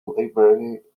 library